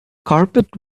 carpet